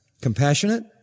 compassionate